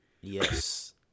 Yes